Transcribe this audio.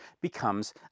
becomes